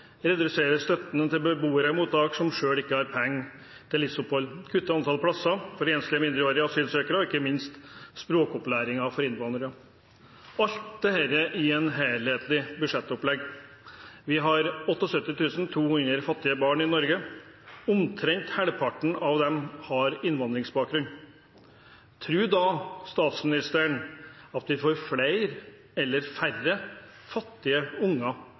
reduserer støtten til beboere i mottak som selv ikke har penger til livsopphold, den kutter antall plasser for enslige mindreårige asylsøkere, og ikke minst i språkopplæringen for innvandrere – alt dette i et helhetlig budsjettopplegg. Vi har 78 200 fattige barn i Norge. Omtrent halvparten av dem har innvandringsbakgrunn. Tror statsministeren at vi får flere eller færre fattige unger